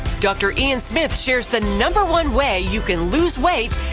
dr. ian smith shares the number one way you can lose weight,